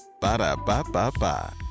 Ba-da-ba-ba-ba